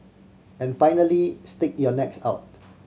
and finally stick your necks out